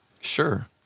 Sure